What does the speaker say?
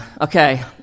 Okay